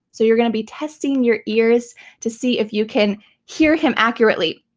so you're gonna be testing your ears to see if you can hear him accurately.